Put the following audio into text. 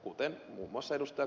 kuten muun muassa ed